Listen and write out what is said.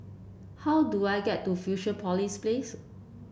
how do I get to Fusionopolis Place